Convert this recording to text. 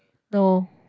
no